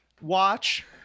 watch